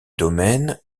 domaine